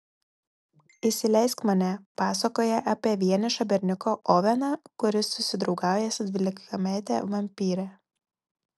įsileisk mane pasakoja apie vienišą berniuką oveną kuris susidraugauja su dvylikamete vampyre